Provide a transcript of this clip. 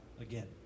again